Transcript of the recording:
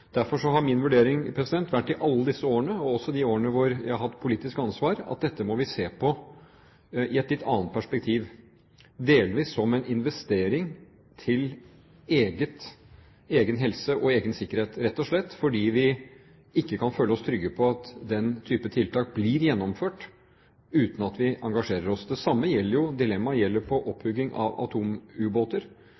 Derfor har min vurdering vært i alle disse årene – også i de årene hvor jeg har hatt politisk ansvar – at dette må vi se på i et litt annet perspektiv, delvis som en investering til egen helse og egen sikkerhet, rett og slett fordi vi ikke kan føle oss trygge på at den type tiltak blir gjennomført uten at vi engasjerer oss. Det samme dilemmaet gjelder